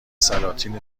سلاطین